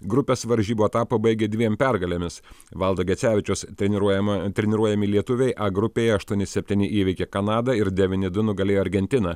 grupės varžybų etapą baigė dviem pergalėmis valdo gecevičiaus treniruojama treniruojami lietuviai a grupėje aštuoni septyni įveikė kanadą ir devyni du nugalėjo argentiną